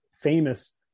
famous